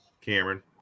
Cameron